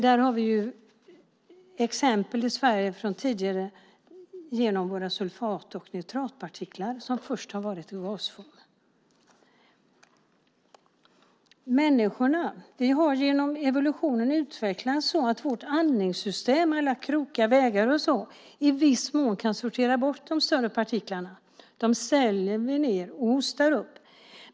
Där har vi tidigare exempel i Sverige genom våra sulfat och nitratpartiklar som först har varit i gasform. Vi människor har genom evolutionen utvecklats så att vårt andningssystem genom alla krokiga vägar i viss mån kan sortera bort de större partiklarna. Dessa sväljer vi ned eller hostar upp.